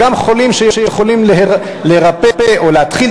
וגם חולים שיכולים להירפא או להתחיל